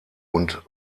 und